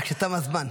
תם הזמן.